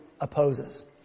opposes